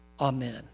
Amen